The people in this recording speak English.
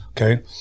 okay